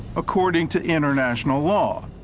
according to international law.